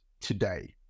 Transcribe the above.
today